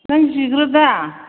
नों जिग्रो दा